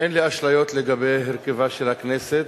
אין לי אשליות לגבי הרכבה של הכנסת